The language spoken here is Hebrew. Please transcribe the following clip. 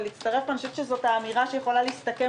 ואני חושבת שזו אמירה שיכולה להסתכם